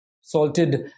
salted